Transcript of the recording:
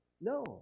No